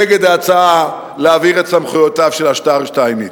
נגד ההצעה להעביר את סמכויותיו של השר שטייניץ.